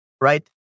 right